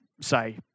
say